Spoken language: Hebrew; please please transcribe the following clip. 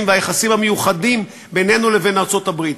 והיחסים המיוחדים בינינו לבין ארצות-הברית.